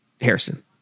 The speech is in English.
Harrison